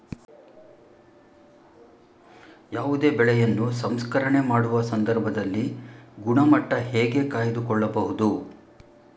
ಯಾವುದೇ ಬೆಳೆಯನ್ನು ಸಂಸ್ಕರಣೆ ಮಾಡುವ ಸಂದರ್ಭದಲ್ಲಿ ಗುಣಮಟ್ಟ ಹೇಗೆ ಕಾಯ್ದು ಕೊಳ್ಳಬಹುದು?